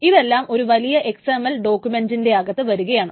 ഇതെല്ലാം ഒരു വലിയ XML ഡോക്യൂമെന്റിനകത്ത് വരുകയാണ്